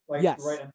Yes